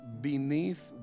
beneath